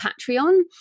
Patreon